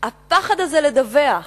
הפחד הזה לדווח.